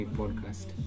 podcast